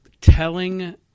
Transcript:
telling